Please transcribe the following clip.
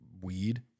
weed